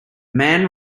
man